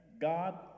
God